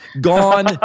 gone